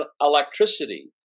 electricity